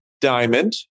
Diamond